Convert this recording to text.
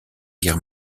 guerre